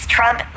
Trump